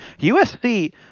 USC